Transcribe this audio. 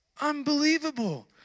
unbelievable